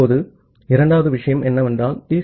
இப்போது இரண்டாவது விஷயம் என்னவென்றால் டி